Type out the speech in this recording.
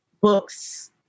books